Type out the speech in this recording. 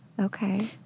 Okay